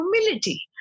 humility